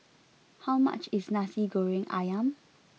how much is Nasi Goreng Ayam